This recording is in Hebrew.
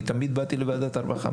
אני תמיד באתי לוועדת הרווחה,